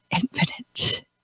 infinite